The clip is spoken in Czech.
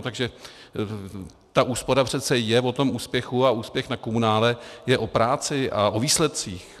Takže ta úspora přece je o tom úspěchu a úspěch na komunále je o práci a o výsledcích.